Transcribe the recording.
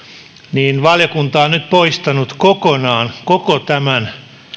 valiokunta on nyt poistanut kokonaan koko tämän